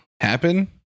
Happen